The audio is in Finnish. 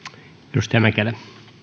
arvoisa puhemies